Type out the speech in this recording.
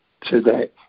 today